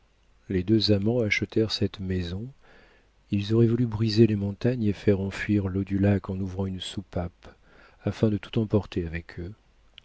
les deux amants achetèrent cette maison ils auraient voulu briser les montagnes et faire enfuir l'eau du lac en ouvrant une soupape afin de tout emporter avec eux